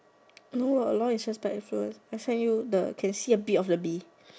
no I not interested also leh I send you can see a bit of the Bee